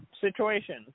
situation